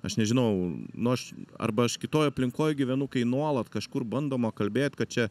aš nežinau nu aš arba aš kitoj aplinkoj gyvenu kai nuolat kažkur bandoma kalbėt kad čia